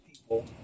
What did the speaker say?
people